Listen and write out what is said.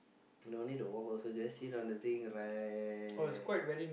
no need to work also just sit on the thing like